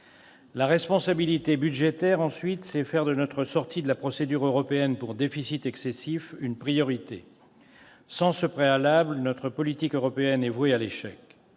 La responsabilité budgétaire, ensuite : elle revient à faire de notre sortie de la procédure européenne pour déficit excessif une priorité. Sans ce préalable, notre politique européenne est vouée à l'échec.